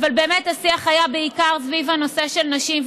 אבל באמת השיח היה בעיקר סביב הנושא של נשים.